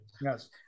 Yes